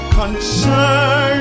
concern